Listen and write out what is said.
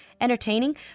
entertaining